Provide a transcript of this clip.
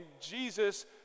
Jesus